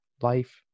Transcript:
life